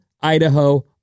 Idaho